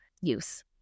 use